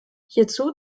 hierzu